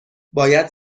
باید